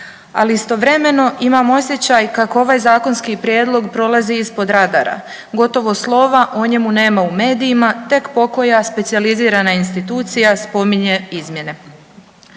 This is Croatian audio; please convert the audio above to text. ali istovremeno imam osjećaj kako ovaj zakonski prijedlog prolazi ispod radara, gotovo slova o njemu nema u medijima, tek pokoja specijalizirana institucija spominje izmjene.